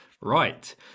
right